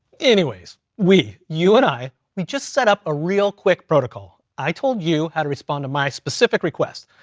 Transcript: anyways, we, you, and i, we just set up a real quick protocol. i told you how to respond to my specific request,